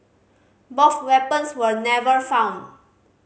both weapons were never found